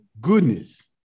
goodness